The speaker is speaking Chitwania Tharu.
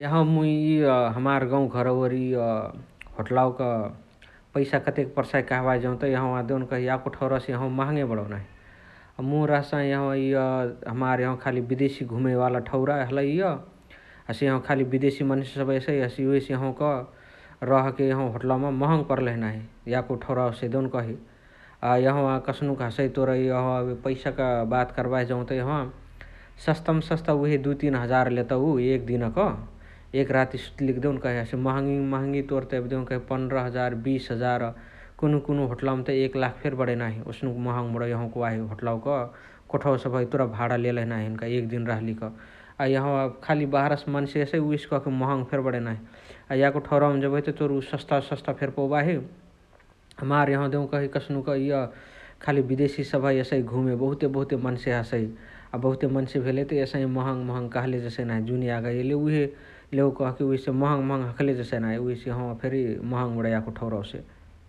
यहाँवा मुइ इअ हमार गौवा घरव वोरी होटलवक पैसा कतेक पर्साअइ कहबाही जौत यहाँवा देउनकही याको ठौरावासे यहाँवा महङे बणउ नाही । मु रहसाही यहाँवा इअ हमार यहाँवा खाली बिदेशी घुमेवाला ठौरा हलइ इअ । हसे एहवा खाली बिदेशी मन्से सबहा एसइ । उहेसे एहवका रहके होटलावम महङ पर्लही नाही यको ठौरवसे देउन्कही । अ एहवा कस्नुक हसइ तोर एहव पैसाक बात कर्बाही जौत एहवा सस्तमा सस्ता उहे दुइ तीन हजार लेतउ एक दिनक । एक राती सुतलिक देउन्कही । हसे महङी महङी तोर त एबे देउकही पनर हजार बिस हजार । कुन्हु कुन्हु होट्लावमता एक लाख फेरी बणइ नाही । ओस्नुक महङ बणौ यहाँवका वाही होट्लावका कोठवा सबह इतुरा भाणा लेलही नाही हुन्का एक दिन रहलिक । अ एहवा खाली बहरसे मन्से एसइ उहेसे कहके महङ बणइ नाही । अ यको ठौरावमा जेबहित तोर सस्त सस्त फेरी पौबाही । हमार देउकही कस्नुक इअ खाली बिदेशी सबह एसइ घुमे बहुते बहुते मन्से हसइ । अ बहुते मन्से भेलेत एसही महङ महङ कहाँले जेसइ जुन यागा एइले उहे लेउ कहके उहेसे महङ महङ हखले जेसइ नाही । उहेसे एहवा फेरी महङ बणौ यको ठौरावसे